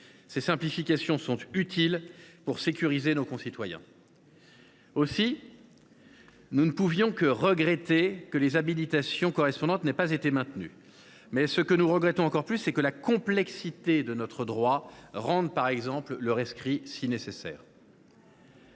Ces simplifications sont utiles pour sécuriser la vie de nos concitoyens. Aussi, nous ne pouvons que regretter que les habilitations correspondantes n’aient pas été maintenues, mais ce que nous regrettons plus encore, c’est que la complexité de notre droit rende, par exemple, le rescrit si nécessaire.